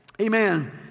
Amen